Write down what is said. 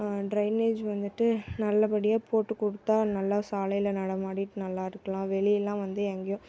drainage வந்துட்டு நல்லபடியாக போட்டு கொடுத்தா நல்லா சாலையில் நடமாடிகிட்டு நல்லா இருக்கலாம் வெளிலெலாம் வந்து எங்கேயும்